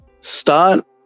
start